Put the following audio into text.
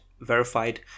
verified